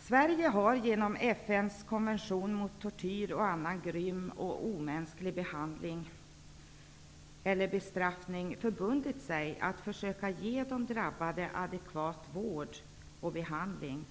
Sverige har genom FN:s konvention mot tortyr och annan grym och omänsklig behandling eller bestraffning förbundit sig att försöka ge de drabbade adekvat vård och behandling.